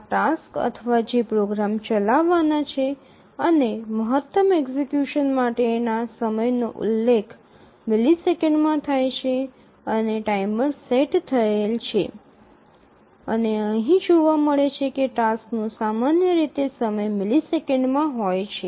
આ ટાસક્સ અથવા જે પ્રોગ્રામ્સ ચલાવવાનાં છે અને મહત્તમ એક્ઝિકયુશન માટેના સમયનો ઉલ્લેખ મિલિસેકન્ડમાં થાય છે અને ટાઇમર સેટ થયેલ છે અને અહીં જોવા મળે છે કે ટાસક્સનો સામાન્ય રીતે સમય મિલિસેકન્ડમાં હોય છે